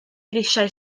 grisiau